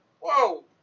Whoa